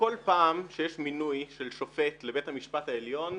בכל פעם שיש מינוי של שופט לבית המשפט העליון,